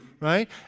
right